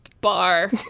Bar